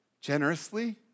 generously